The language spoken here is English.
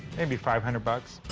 maybe five hundred but